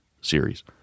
series